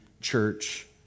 church